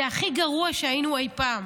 זה הכי גרוע שהיינו אי פעם.